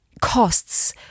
costs